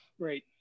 Great